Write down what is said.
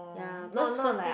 ya because first thing